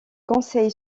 conseil